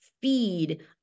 feed